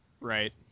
Right